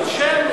Chairman.